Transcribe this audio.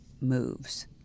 moves